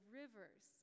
rivers